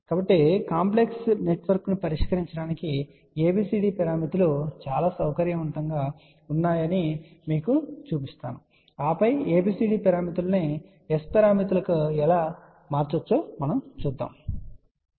కాబట్టి కాంప్లెక్స్ నెట్వర్క్ను పరిష్కరించడానికి ABCD పారామితులు ఎలా చాలా సౌకర్యవంతంగా ఉన్నాయో నేను మీకు చూపించబోతున్నాను ఆపై ABCD పారామితులను S పారామితులకు ఎలా మార్చవచ్చో మనము చూద్దాం